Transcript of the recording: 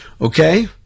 Okay